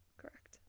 correct